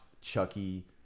Chucky